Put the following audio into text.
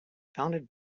founded